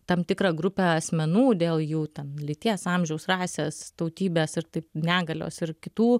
tam tikrą grupę asmenų dėl jų lyties amžiaus rasės tautybės ir negalios ir kitų